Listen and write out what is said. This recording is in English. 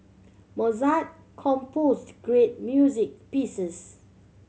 Mozart compose great music pieces